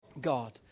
God